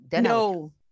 No